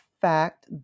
fact